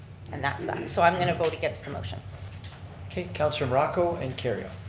and that's that, so i'm going to vote against the motion. okay, counsillor morocco, and kerrio.